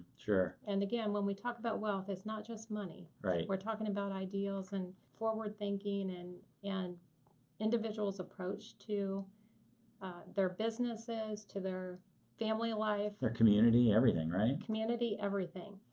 sure. and again, when we talk about wealth, it's not just money. we're talking about ideals and forward-thinking and and individual's approach to their businesses, to their family life. their community, everything, right? community, everything.